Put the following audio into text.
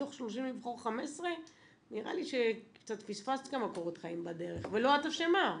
מתוך 30 לבחור 15. נראה לי שקצת פספסת כמה קורות חיים בדרך ולא את אשמה,